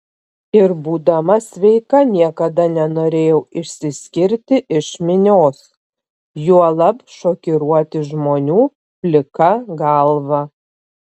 ir būdama sveika niekada nenorėjau išsiskirti iš minios juolab šokiruoti žmonių plika galva